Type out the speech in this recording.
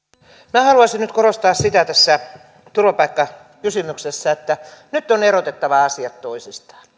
minä haluaisin nyt korostaa sitä tässä turvapaikkakysymyksessä että nyt on erotettava asiat toisistaan